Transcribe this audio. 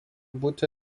būti